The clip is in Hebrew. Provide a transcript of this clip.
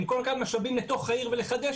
במקום להביא משאבים לתוך העיר ולחדש